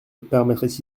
permettrait